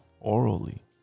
orally